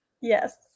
Yes